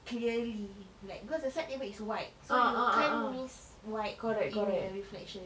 clearly like because the side table is white so you can't miss white in the reflection